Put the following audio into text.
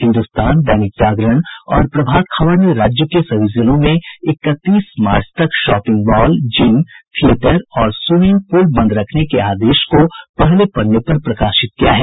हिन्दुस्तानदैनिक जागरण और प्रभात खबर ने राज्य के सभी जिलों में इकतीस मार्च तक शॉपिंग मॉल जिम थियेटर और स्विमिंग पूल बंद रखने के आदेश को पहले पन्ने पर प्रकाशित किया है